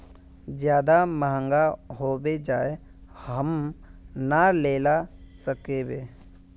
ज्यादा महंगा होबे जाए हम ना लेला सकेबे?